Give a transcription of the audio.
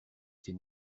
ses